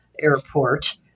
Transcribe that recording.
airport